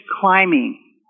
Climbing